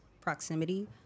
proximity